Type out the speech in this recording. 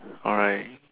alright